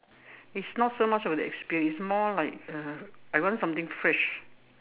it's not so much of the experience it's more like uh I rather something fresh